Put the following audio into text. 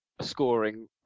scoring